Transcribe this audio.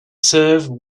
serve